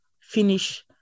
finish